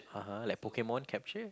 (uh huh) like Pokemon capture